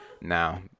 now